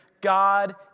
God